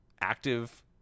active